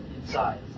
inside